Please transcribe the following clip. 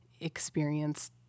experience